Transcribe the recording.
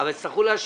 הרי תצטרכו להשיב,